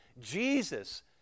Jesus